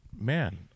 Man